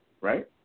right